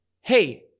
hey